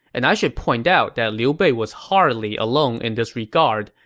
and i should point out that liu bei was hardly alone in this regard.